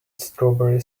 strawberry